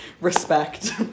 respect